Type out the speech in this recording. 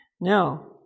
Now